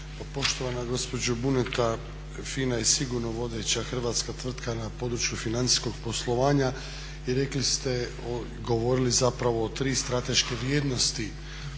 poštovana gospođo Buneta, FINA je sigurno vodeća hrvatska tvrtka na području financijskog poslovanja. I rekli ste, govorili zapravo o tri strateške vrijednosti